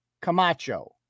Camacho